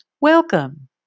Welcome